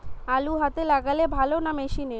আলু হাতে লাগালে ভালো না মেশিনে?